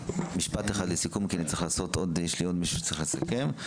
משפט אחד לסיכום כי יש עוד מישהו שרוצה לסכם.